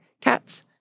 cats